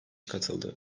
katıldı